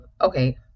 okay